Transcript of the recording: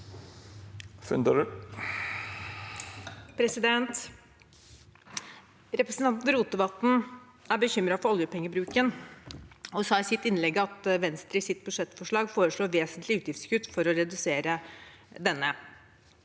Repre- sentanten Rotevatn er bekymret for oljepengebruken. Han sa i sitt innlegg at Venstre i sitt budsjettforslag foreslår vesentlige utgiftskutt for å redusere denne,